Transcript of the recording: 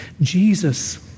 Jesus